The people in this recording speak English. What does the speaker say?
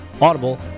Audible